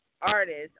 artists